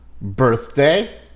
Birthday